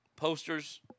Posters